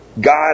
God